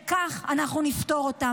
וכך נפתור אותן,